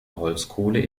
holzkohle